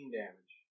damage